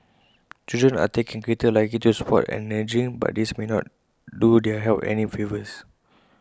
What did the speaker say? children are taking greater luggages to sports and energy but these may not do their health any favours